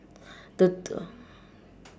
the t~